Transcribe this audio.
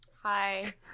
Hi